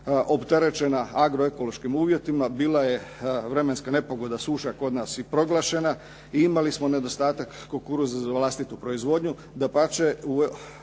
opterećena agroekološkim uvjetima. Bila je vremenska nepogoda suša kod nas i proglašena i imali smo nedostatak kukuruza za vlastitu proizvodnju.